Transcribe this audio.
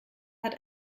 hat